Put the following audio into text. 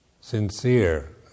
Sincere